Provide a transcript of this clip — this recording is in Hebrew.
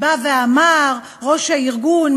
אמר ראש הארגון,